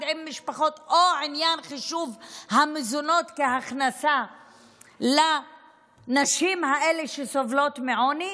למשפחות או עניין חישוב המזונות כהכנסה לנשים האלה שסובלות מעוני?